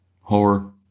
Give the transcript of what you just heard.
horror